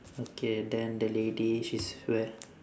okay then the lady she's wear~